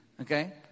Okay